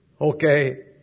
okay